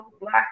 black